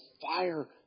fire